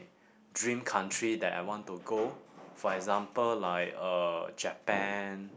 dream country that I want to go for example like uh Japan